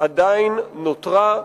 עדיין נותרה.